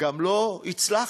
גם לא הצלחתי,